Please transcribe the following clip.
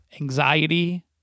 anxiety